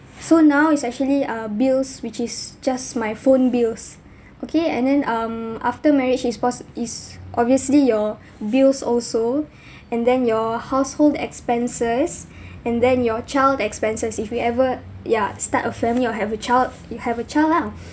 so now it's actually uh bills which is just my phone bills okay and then um after marriage is poss~ is obviously your bills also and then your household expenses and then your child expenses if we ever ya start a family or have a child you have a child lah